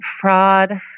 Fraud